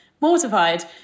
Mortified